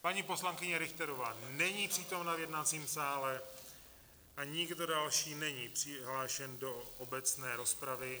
Paní poslankyně Richterová není přítomna v jednacím sále a nikdo další není přihlášen do obecné rozpravy.